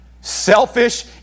selfish